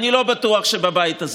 אחד,